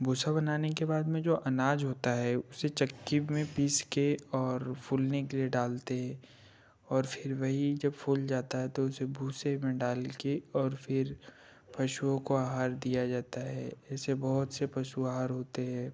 भूसा बनाने के बाद में जो अनाज होता है उसे चक्की में पीस कर और फूलने के लिए डालते हैं और फिर वही जब फूल जाता है तो उसे भूसे में डाल कर और फिर पशुओं को आहार दिया जाता है ऐसे बहुत से पशु आहार होते हैं